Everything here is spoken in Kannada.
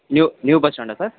ನ್ಯೂ ನ್ಯೂ ಬಸ್ ಸ್ಟ್ಯಾಂಡಾ ಸರ್